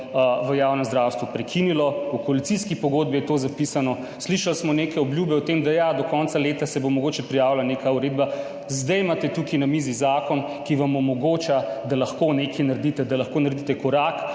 v javnem zdravstvu prekinilo, v koalicijski pogodbi je to zapisano. Slišali smo neke obljube o tem, da se bo do konca leta mogoče prijavila neka uredba. Zdaj imate tukaj na mizi zakon, ki vam omogoča, da lahko nekaj naredite, da lahko naredite korak